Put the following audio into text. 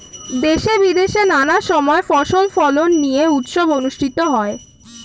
দেশে বিদেশে নানা সময় ফসল ফলন নিয়ে উৎসব অনুষ্ঠিত হয়